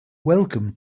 welcome